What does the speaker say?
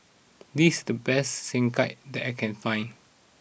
this's the best Sekihan that I can find